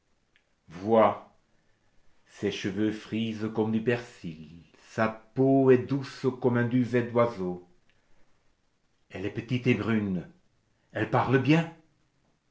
vois ses cheveux frisent comme du persil sa peau est douce comme un duvet d'oiseau elle est petite et brune elle parle bien